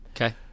Okay